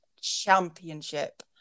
championship